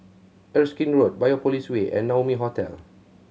Erskine Road Biopolis Way and Naumi Hotel